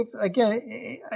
again